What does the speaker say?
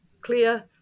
clear